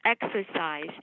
exercise